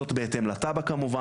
זאת בהתאם לתב"ע כמובן,